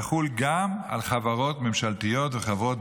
יחולו גם על חברות ממשלתיות וחברות